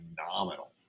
phenomenal